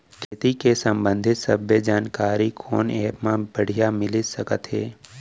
खेती के संबंधित सब्बे जानकारी कोन एप मा बढ़िया मिलिस सकत हे?